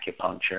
acupuncture